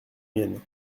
mienne